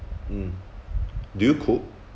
mm do you cook